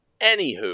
Anywho